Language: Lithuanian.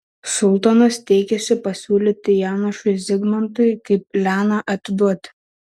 sultonas teikėsi pasiūlyti janošui zigmantui kaip leną atiduoti